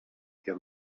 jak